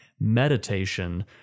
Meditation